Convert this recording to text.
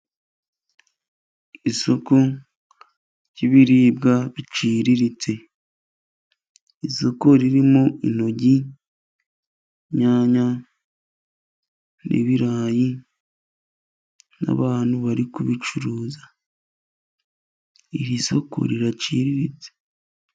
Isoko ry'ibiribwa biciriritse: isoko ririmo intoryi, inyanya n'ibirayi n'abantu bari kubicuruza. Iri soko riraciriritse.